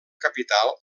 capital